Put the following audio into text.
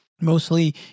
mostly